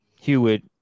Hewitt